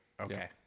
Okay